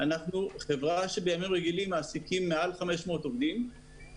אנחנו חברה שבימים רגילים מעסיקה מעל 500 עובדים,